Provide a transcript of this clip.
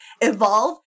evolve